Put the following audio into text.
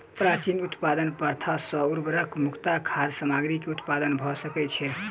प्राचीन उत्पादन प्रथा सॅ उर्वरक मुक्त खाद्य सामग्री के उत्पादन भ सकै छै